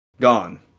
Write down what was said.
Gone